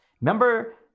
remember